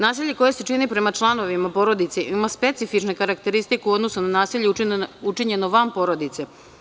Nasilje koje se čini prema članovima porodice ima specifičnu karakteristiku u odnosu na nasilje učinjeno van porodice.